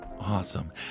Awesome